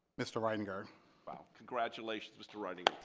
mr. reitinger congratulations mr. reitinger.